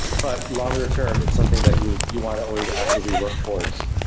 but longer term it's something that you you want to always actively work towards,